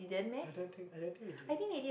I don't think I don't think we did